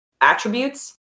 attributes